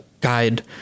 guide